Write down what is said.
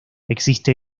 existe